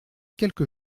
quelque